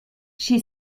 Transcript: she